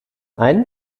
ein